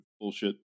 bullshit